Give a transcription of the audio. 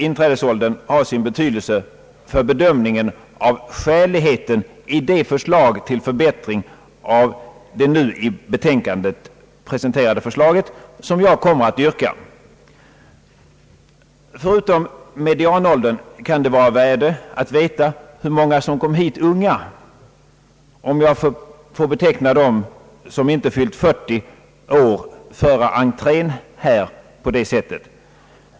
Inträdesåldern har sin betydelse för bedömning av skäligheten i det förslag till förbättring av det nu i betänkandet presenterade förslaget, som jag kommer att ställa. Förutom medianåldern kan det vara av värde att veta, hur många som kommit hit unga, om jag får beteckna dem som inte fyllt 40 år före entrén här på det sättet.